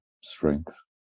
strength